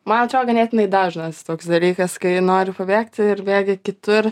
man atrodo ganėtinai dažnas toks dalykas kai nori pabėgti ir bėga kitur